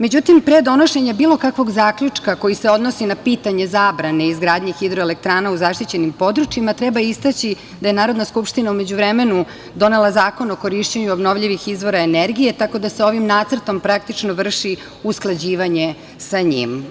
Međutim, pre donošenja bilo kakvog zaključka koji se odnosi na pitanje zabrane izgradnje hidroelektrana u zaštićenim područjima treba istaći da je Narodna skupština u međuvremenu donela Zakon o korišćenju obnovljivih izvora energije, tako da se ovim nacrtom praktično vrši usklađivanje sa njim.